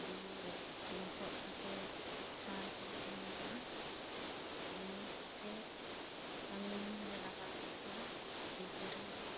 ᱫᱤᱭᱮ ᱞᱚᱥᱚᱜ ᱠᱟᱛᱮ ᱥᱟᱨ ᱠᱚᱠᱮ ᱮᱢᱚᱜᱼᱟ ᱮᱢ ᱠᱟᱛᱮᱜ ᱠᱟᱹᱢᱤᱢ ᱠᱮ ᱞᱟᱜᱟᱣ ᱠᱮᱫ ᱠᱚᱣᱟ ᱵᱤᱜᱷᱟᱹ ᱨᱮ